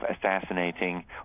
assassinating